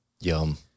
Yum